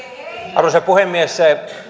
arvoisa puhemies